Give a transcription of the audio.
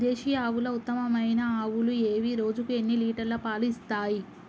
దేశీయ ఆవుల ఉత్తమమైన ఆవులు ఏవి? రోజుకు ఎన్ని లీటర్ల పాలు ఇస్తాయి?